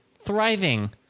thriving